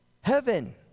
heaven